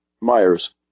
Myers